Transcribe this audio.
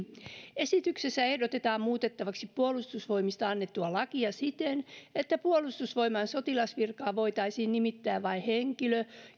esityksessä ehdotetaan muutettavaksi puolustusvoimista annettua lakia siten että puolustusvoimain sotilasvirkaan voitaisiin nimittää vain henkilö